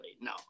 No